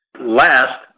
Last